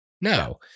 no